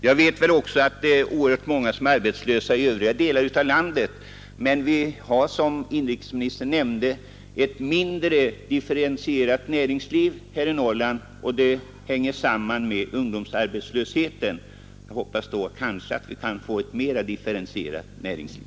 Jag vet också att oerhört många är arbetslösa i övriga delar av landet. Men som inrikesministern nämnde, sammanhänger ungdomsarbetslösheten i Norrland med att näringslivet där är så litet differentierat. Jag hoppas att vi skall kunna få ett mera differentierat näringsliv.